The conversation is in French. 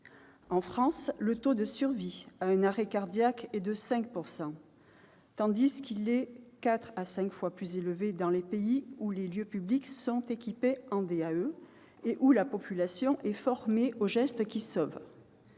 En France, le taux de survie à un arrêt cardiaque est de 5 %, tandis qu'il est quatre à cinq fois plus élevé dans les pays où les lieux publics sont équipés en DAE et où la population est formée aux gestes qui sauvent.